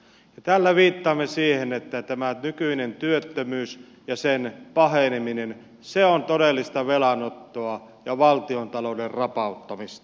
tällä viittaamme siihen että tämä nykyinen työttömyys ja sen paheneminen on todellista velanottoa ja valtiontalouden rapauttamista